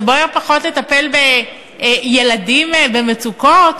זה בוער פחות לטפל בילדים במצוקה?